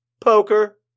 Poker